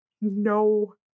no